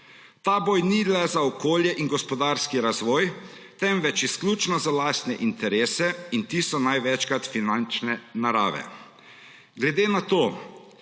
Ta boj ni le za okolje in gospodarski razvoj, temveč izključno za lastne interese, in ti so največkrat finančne narave. Glede na to,